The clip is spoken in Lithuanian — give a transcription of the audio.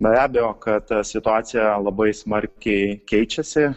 be abejo kad ta situacija labai smarkiai keičiasi